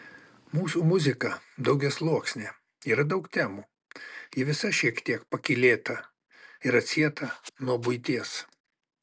mūsų muzika daugiasluoksnė yra daug temų ji visa šiek tiek pakylėta ir atsieta nuo buities